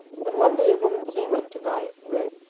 when one day a woman came in to buy bread.